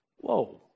Whoa